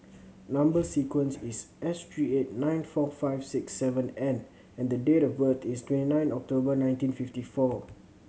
number sequence is S three eight nine four five six seven N and the date of birth is twenty nine October nineteen fifty four